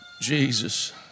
Jesus